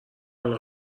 الان